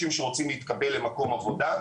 שרוצים להתקבל לעבודה,